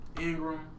Ingram